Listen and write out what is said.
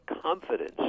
confidence